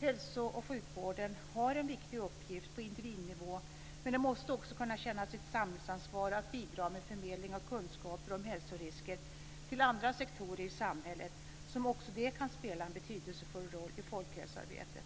Hälso och sjukvården har en viktig uppgift på individnivå, men den måste också kunna känna sitt samhällsansvar när det gäller att bidra med förmedling av kunskaper om hälsorisker till andra sektorer i samhället som också de kan spela en betydelsefull roll i folkhälsoarbetet.